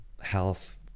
health